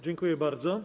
Dziękuję bardzo.